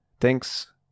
Thanks